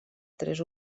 tres